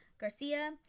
Garcia